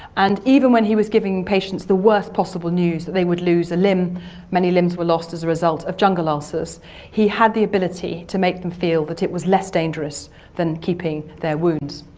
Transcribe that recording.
and even when he was giving patients the worst possible news that they would lose a limb many limbs were lost as the result of jungle ulcers he had the ability to make them feel that it was less dangerous than keeping their wounds.